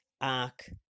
ark